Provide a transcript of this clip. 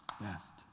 best